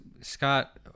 Scott